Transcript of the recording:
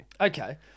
Okay